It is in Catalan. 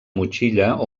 motxilla